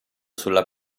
sulla